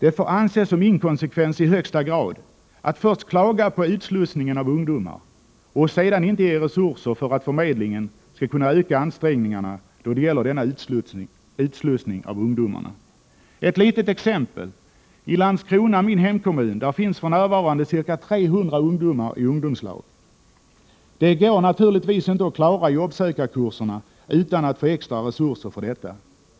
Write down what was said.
Det får anses som i högsta grad inkonsekvent att först klaga på utslussningen av ungdomar och sedan inte ge resurser för att förmedlingen skall kunna öka ansträngningarna då det gäller denna utslussning av ungdomarna. Ett litet exempel: I Landskrona, min hemkommun, finns för närvarande ca 300 ungdomar i ungdomslag. Man kan naturligtvis inte klara jobbsökarkurserna utan att få extra resurser för detta.